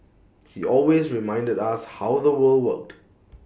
he always reminded us how the world worked